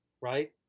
right